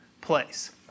place